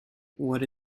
what